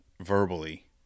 verbally